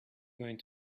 going